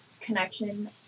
connection